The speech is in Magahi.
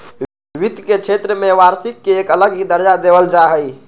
वित्त के क्षेत्र में वार्षिक के एक अलग ही दर्जा देवल जा हई